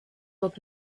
with